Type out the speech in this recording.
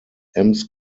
ems